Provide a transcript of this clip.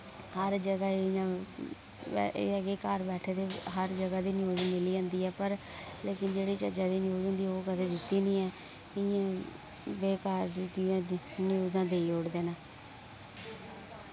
हर जगह इयां एह् ऐ कि घर बैठे दे हर जगह दे न्यूज मिली जंदी ऐ पर लेकिन जेह्ड़ी चज्जा दी न्यूज होंदी ओह् कदे निं ऐ इयां बेकार न्यूजां देई ओड़दे न